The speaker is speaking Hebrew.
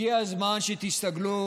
הגיע הזמן שתסתכלו,